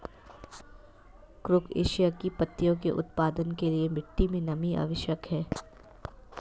कुरुख एशिया की पत्तियों के उत्पादन के लिए मिट्टी मे नमी आवश्यक है